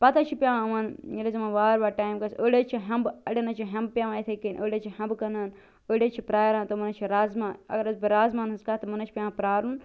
پتہٕ حظ چھُ پیٚوان یِمن ییٚلہِ حظ یِمن وارٕ وار ٹایِم گَژھہِ أڑی حظ چھِ ہیٚمبہٕ اَڑیٚن حظ چھِ ہیٚمبہٕ پیٚوان یِتھٔے کٔنۍ أڑۍ حظ ہیٚمبہٕ کٕنان أڑۍ حظ چھِ پرٛاران تِمن حظ چھِ رازمہ اگر حظ بہٕ رازمہ ہن ہنٛز کَتھ تِمن حظ چھُ پیٚوان پرٛارُن